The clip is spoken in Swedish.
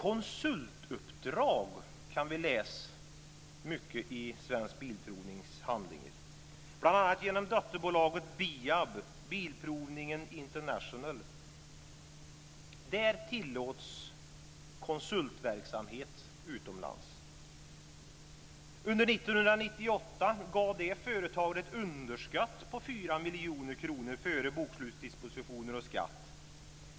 Konsultuppdrag kan vi läsa mycket om i Svensk BIAB, Bilprovningen International, tillåts konsultverksamhet utomlands. Under 1998 gav det företaget ett underskott på 4 miljoner kronor före bokslutsdispositioner och skatt.